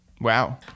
Wow